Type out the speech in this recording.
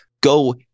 go